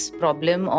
problem